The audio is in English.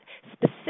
specific